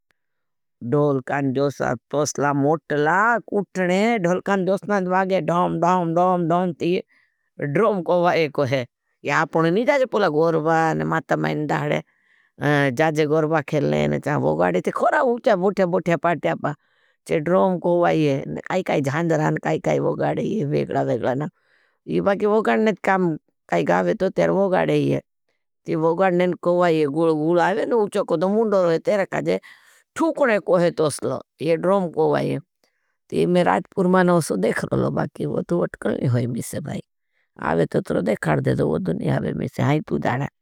दोलकान जोसना तोसला मोटला कुठने, दोलकान जोसना जबागे धौम, धौम, धौम, धौम ती ड्रोम कोबा एको है। यहाँ पर नहीं जाज़े पुला गॉर्बा, माता मैं दाधे, जाज़े गॉर्बा खेल लें, जाँ भोगाड़े, ती खोरा उठ्या बुठ्या, बुठ्या पाठ्या पाठ्या, ती ड्रोम कोबा एको है, काई-काई जहांदरान, काई-काई भोगाड़े। वेगला-वे ती मैं राजपूर्मा नहीं होसो, देख रहो लो बाकि, वो तो उठ्कल नहीं होई मिसे भाई, आवे तो तो देख खाड़ देदो, वो दो नहीं आवे मिसे, हाई तू जाने।